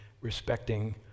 respecting